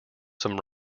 some